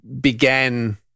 began